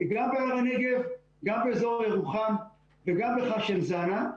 גם בהר הנגב גם באזור ירוחם וגם בחשם זאנה.